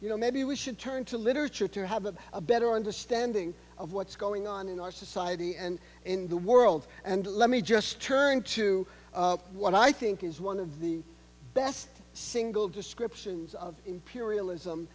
you know maybe we should turn to literature to have a better understanding of what's going on in our society and in the world and let me just turn to what i think is one of the best single descriptions of imperialism